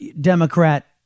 democrat